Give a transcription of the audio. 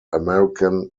american